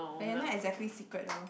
but you're not exactly secret though